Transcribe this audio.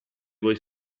voi